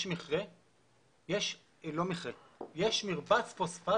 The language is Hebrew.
יש מרבץ פוספט